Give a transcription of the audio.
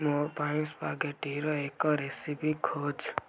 ମୋ ପାଇଁ ସ୍ପାଗେଟିର ଏକ ରେସିପି ଖୋଜ